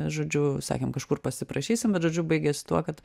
žodžiu sakėm kažkur pasiprašysim bet žodžiu baigėsi tuo kad